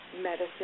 medicine